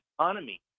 economy